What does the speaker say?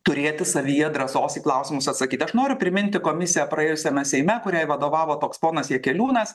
turėti savyje drąsos į klausimus atsakyt aš noriu priminti komisiją praėjusiame seime kuriai vadovavo toks ponas jakeliūnas